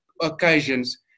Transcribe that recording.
occasions